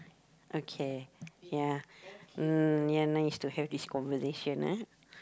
okay ya mm ya nice to have this conversation ah